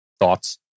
thoughts